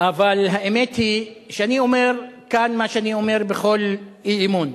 אבל האמת היא שאני אומר כאן מה שאני אומר בכל אי-אמון: